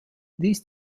these